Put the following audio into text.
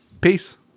Peace